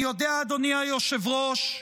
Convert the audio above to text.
אני יודע, אדוני היושב-ראש,